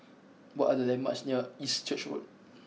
what are the landmarks near East Church Road